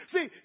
See